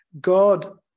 God